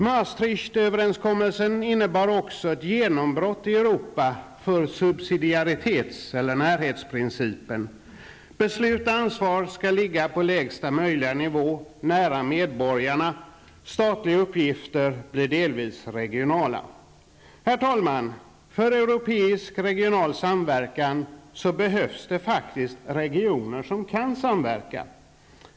Maastricht-överenskommelsen innebar också ett genombrott i Europa för subsidiaritetsprincipen, eller närhetsprincipen. Beslut och ansvar skall ligga på lägsta möjliga nivå nära medborgarna. Statliga uppgifter blir delvis regionala. Herr talman! För europeisk regional samverkan behövs det faktiskt regioner som kan samverka.